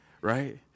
right